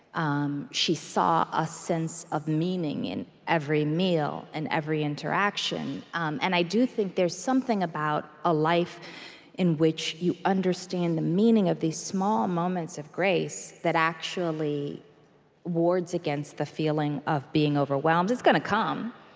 um she saw a sense of meaning in every meal and every interaction. um and i do think there's something about a life in which you understand the meaning of these small moments of grace that actually wards against the feeling of being overwhelmed it's gonna come.